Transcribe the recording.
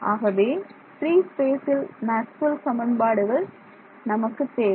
ஆகவே பிரீ ஸ்பேசில் மேக்ஸ்வெல் சமன்பாடுகள் நமக்குத் தேவை